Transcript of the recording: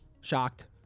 Shocked